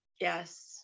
Yes